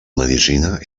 medicina